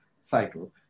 cycle